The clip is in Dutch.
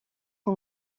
een